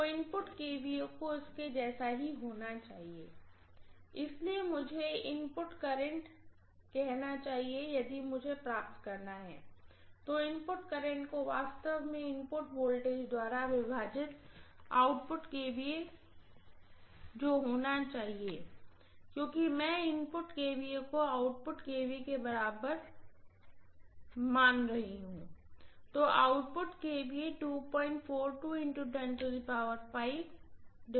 तो input kVA को इसके जैसा ही होना चाहिए इसलिए मुझे इनपुट करंट कहना चाहिए यदि मुझे प्राप्त करना है तो इनपुट करंट को वास्तव में इनपुट वोल्टेज द्वारा विभाजित आउटपुट kVA जो होना चाहिए क्योंकि मैं इनपुट केवीए को आउटपुट kVA के बराबर मान रही हूँ तो आउटपुट kVA है